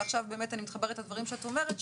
ועכשיו אני מתחברת לדברים שאת אומרת,